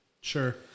sure